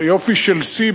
זה יופי של שיא,